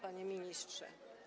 Panie Ministrze!